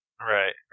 right